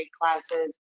classes